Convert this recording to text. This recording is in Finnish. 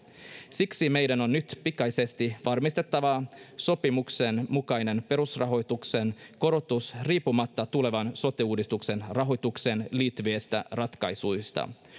siksi meidän on nyt pikaisesti varmistettava sopimuksen mukainen perusrahoituksen korotus riippumatta tulevan sote uudistuksen rahoitukseen liittyvistä ratkaisuista